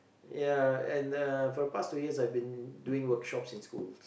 ya and uh for the past two years I've been doing workshops in schools